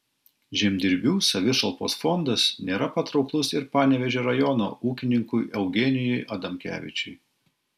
žemdirbių savišalpos fondas nėra patrauklus ir panevėžio rajono ūkininkui eugenijui adamkevičiui